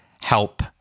help